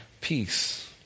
peace